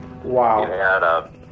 Wow